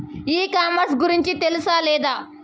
ఈ కామర్స్ గురించి తెలుసా లేదా?